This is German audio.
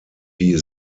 die